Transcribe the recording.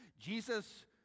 jesus